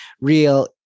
real